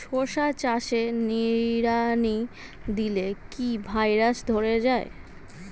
শশা চাষে নিড়ানি দিলে কি ভাইরাস ধরে যায়?